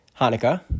Hanukkah